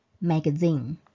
magazine